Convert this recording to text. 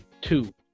two